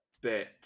bit